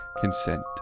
consent